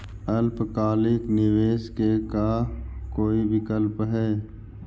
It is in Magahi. अल्पकालिक निवेश के का कोई विकल्प है?